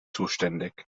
zuständig